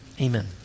Amen